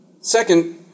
Second